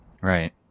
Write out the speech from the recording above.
right